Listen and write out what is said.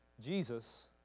Jesus